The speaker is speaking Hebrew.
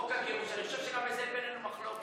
חוק הגירוש, אני חושב שגם בזה אין בינינו מחלוקת.